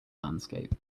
landscape